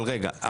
אבל רגע,